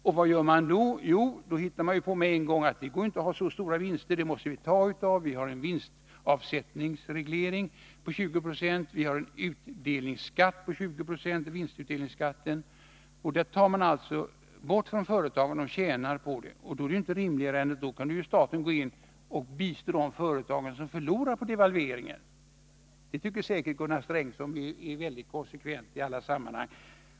Hur förfar man då? Jo, då säger man att det inte går att ha så stora vinster. Man måste reducera dem genom en vinstavsättningsreglering på 20 26 och en vinstutdelningsskatt på 20 26. Man tar alltså av de företag som tjänar på devalveringen. Då är det inte mer än rimligt att staten går in och bistår de företag som förlorar på devalveringen. Det tycker säkert Gunnar Sträng, som är väldigt konsekvent i alla sammanhang.